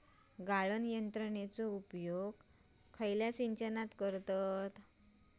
गाळण यंत्रनेचो उपयोग खयच्या सिंचनात करतत?